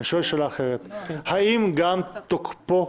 אני שואל שאלה אחרת האם גם תוקפה